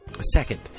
Second